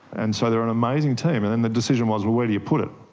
and so they are an amazing team. and then the decision was, well, where do you put it?